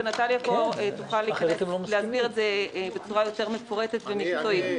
ונטליה מירוניצ'ב תוכל להסביר את זה בצורה יותר מפורטת ומקצועית.